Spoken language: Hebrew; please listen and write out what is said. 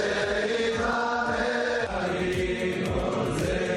שולחן הכנסת, לקריאה שנייה ושלישית: